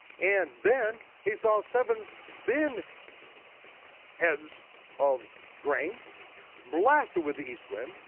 and then, he saw seven thin heads of grain blasted with the east wind,